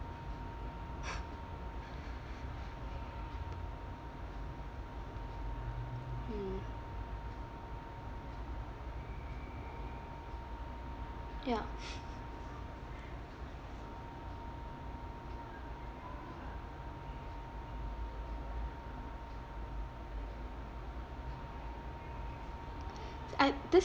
hmm ya s~ I this